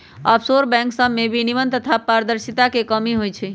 offshore bank सभमें विनियमन तथा पारदर्शिता के कमी होइ छइ